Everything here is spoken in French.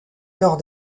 lors